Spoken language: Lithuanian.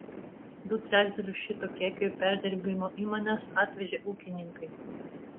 du trečdalius šito kiekio į perdirbimo įmones atvežė ūkininkai